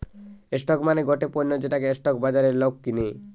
stock মানে গটে পণ্য যেটা স্টক বাজারে লোক কিনে